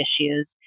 issues